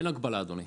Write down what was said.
אין הגבלה, אדוני.